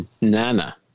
Nana